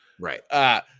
Right